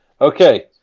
Okay